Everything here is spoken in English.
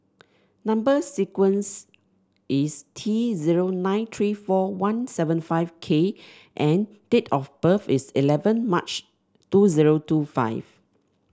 number sequence is T zero nine three four one seven five K and date of birth is eleven March two zero two five